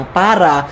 para